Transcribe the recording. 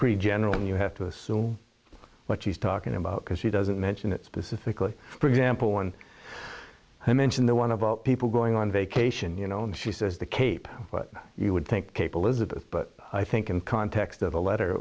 pretty general and you have to assume what she's talking about because she doesn't mention it specifically for example one i mention the one about people going on vacation you know and she says the cape but you would think cable is about but i think in context of the letter